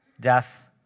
death